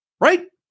right